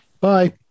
bye